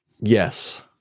Yes